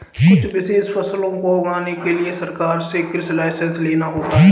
कुछ विशेष फसलों को उगाने के लिए सरकार से कृषि लाइसेंस लेना होता है